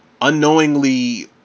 unknowingly